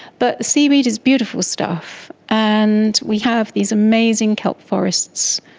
but seaweed is beautiful stuff. and we have these amazing kelp forests.